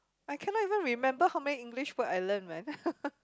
I cannot even remember how many English word I learnt man